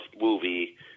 movie